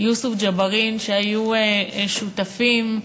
יוסף ג'בארין, שהיו שותפים,